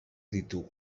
ditugu